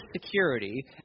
security